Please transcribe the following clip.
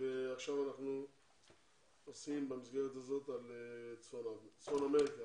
ועכשיו אנחנו מקיימים את הדיון על העולים מצפון אמריקה.